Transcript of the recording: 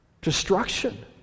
Destruction